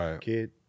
kid